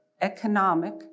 economic